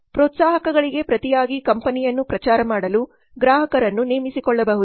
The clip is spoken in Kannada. ಪ್ರೋತ್ಸಾಹಕಗಳಿಗೆ ಪ್ರತಿಯಾಗಿ ಕಂಪನಿಯನ್ನು ಪ್ರಚಾರ ಮಾಡಲು ಗ್ರಾಹಕರನ್ನು ನೇಮಿಸಿಕೊಳ್ಳಬಹುದು